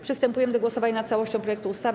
Przystępujemy do głosowania nad całością projektu ustawy.